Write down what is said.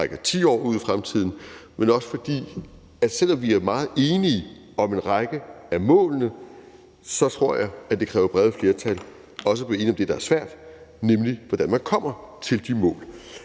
som rækker 10 år ud i fremtiden, men også fordi jeg tror, at det, selv om vi er meget enige om en række af målene, også kræver brede flertal og at blive enige om det, der er svært, nemlig hvordan man kommer til de mål.